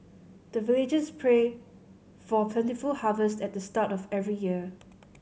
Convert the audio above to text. the villagers pray for plentiful harvest at the start of every year